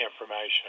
information